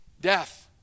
Death